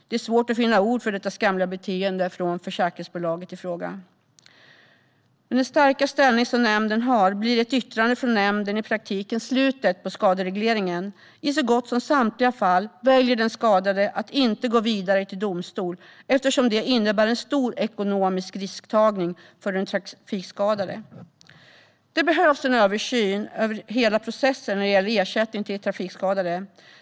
Det är svårt att finna ord för detta skamliga beteende från försäkringsbolaget i fråga. Med den starka ställning nämnden har blir ett yttrande därifrån i praktiken slutet på skaderegleringen. I så gott som samtliga fall väljer den skadade att inte gå vidare till domstol, eftersom det innebär en stor ekonomisk risktagning för den trafikskadade. Det behövs en översyn av hela processen när det gäller ersättning till trafikskadade.